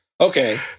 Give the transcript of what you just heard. Okay